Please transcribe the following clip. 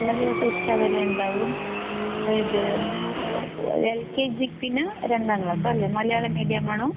എല്ലാ ദിവസവും ഉച്ച വരെ ഉണ്ടാവും അതായത് എൽ കെ ജി പിന്നെ രണ്ടാം ക്ലാസ് അല്ലേ മലയാളം മീഡിയമാണോ